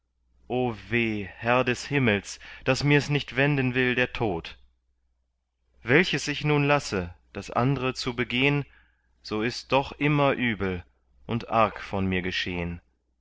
herr des himmels daß mirs nicht wenden will der tod welches ich nun lasse das andre zu begehn so ist doch immer übel und arg von mir geschehn